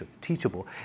teachable